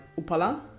Upala